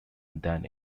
than